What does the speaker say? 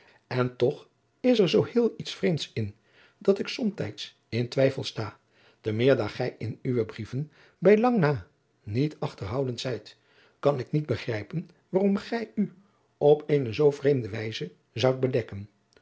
en toch is er zoo heel iets vreemds in dat ik somtijds in twijfel sta te meer daar gij in uwe brieven bijlang na niet achterhoudend zijt kan ik niet begrijpen waarom gij u op eene zoo vreemde wijze zoudt bedekken